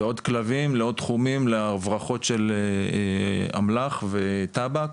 ועוד כלבים לעוד תחומים להברחות של אמל"ח וטבק.